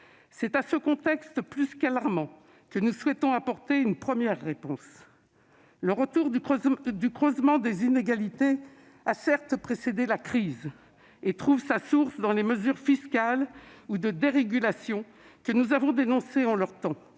C'est à ce contexte plus qu'alarmant que nous souhaitons apporter une première réponse. Le retour du creusement des inégalités a certes précédé la crise et trouve sa source dans les mesures fiscales ou de dérégulation que nous avons dénoncées en leur temps